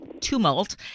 tumult